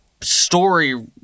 story